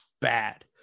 bad